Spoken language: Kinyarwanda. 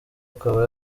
akaba